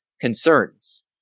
Concerns